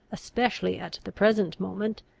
especially at the present moment,